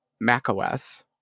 macOS